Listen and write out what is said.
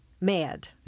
mad